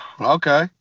Okay